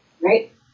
Right